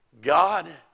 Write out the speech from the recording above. God